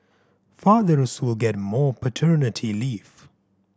fathers will get more paternity leave